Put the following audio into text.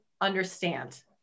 understand